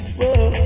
Whoa